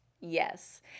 Yes